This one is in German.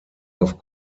auf